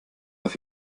auf